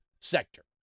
sector